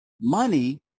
money